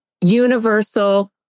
universal